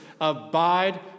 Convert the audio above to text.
abide